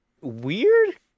weird